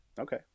okay